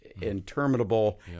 interminable